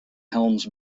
helms